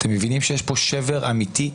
אתם מבינים שיש כאן שבר אמיתי?